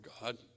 God